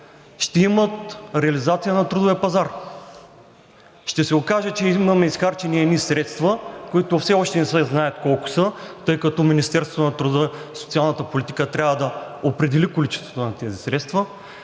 ще имат реализация на трудовия пазар. Ще се окаже, че имаме изхарчени едни средства, които все още не се знае колко са, тъй като Министерството на труда и социалната политика трябва да определи количеството на тези средства,